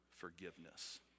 forgiveness